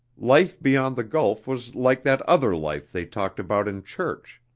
life beyond the gulf was like that other life they talked about in church.